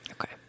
Okay